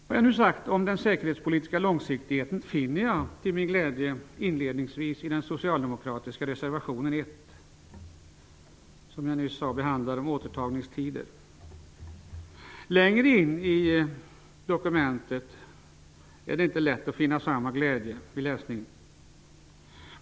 Vad jag nu har sagt om behovet av säkerhetspolitisk långsiktighet finner jag till min glädje i inledningen till Socialdemokraternas reservation nr 1, som behandlar återtagningstider. Längre in i reservationen är det inte lätt att uppleva samma glädje vid läsningen.